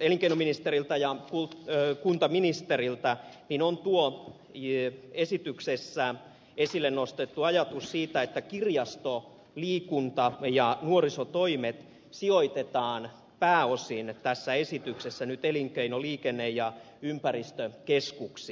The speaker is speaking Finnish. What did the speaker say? elinkeinoministeriltä ja kuntaministeriltä on tuo esityksessä esille nostettu ajatus siitä että kirjasto liikunta ja nuorisotoimet sijoitetaan pääosin tässä esityksessä nyt elinkeino liikenne ja ympäristökeskuksiin